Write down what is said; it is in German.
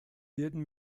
werden